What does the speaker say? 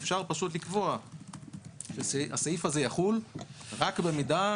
אפשר פשוט לקבוע שהסעיף הזה יחול רק במידה